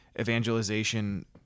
evangelization